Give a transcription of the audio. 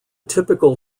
typical